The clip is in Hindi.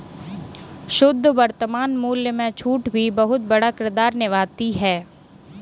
शुद्ध वर्तमान मूल्य में छूट भी बहुत बड़ा किरदार निभाती है